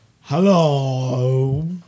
Hello